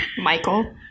Michael